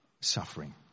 suffering